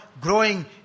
growing